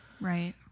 Right